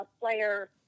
player